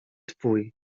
twój